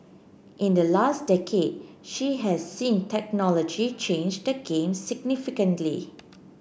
in the last decade she has seen technology change the game significantly